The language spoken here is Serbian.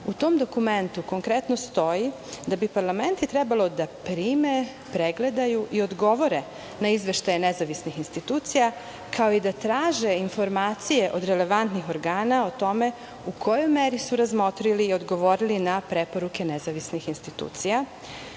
U tom dokumentu konkretno stoji da bi parlamenti trebalo da prime, pregledaju i odgovore na izveštaje nezavisnih institucija, kao i da traže informacije o relevantnih organa o tome u kojoj meri su razmotrili i odgovorili na preporuke nezavisnih institucija.